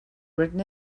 written